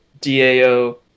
dao